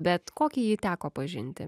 bet kokį jį teko pažinti